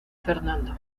fernando